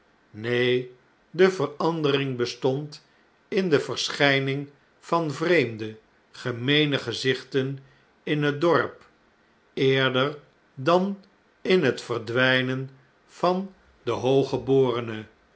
neen de verandering bestond in de verschyning van vreemde gemeene gezichten in het dorp eerder dan in het verdwijnen van de